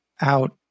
out